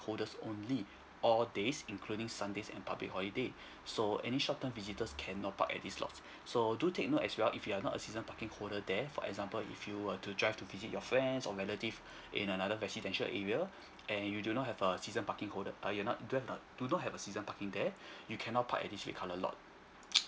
holders only all days including sundays and public holiday so any short term visitors cannot park at these lots so do take note as well is you are not a season parking holder there for example if you were to drive to visit your friend or relative in another residential area and you do have a season parking holder err you're not have not do not have a season parking there you cannot park at this red colour lot